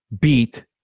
beat